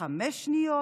חמש שניות